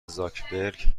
زاکبرک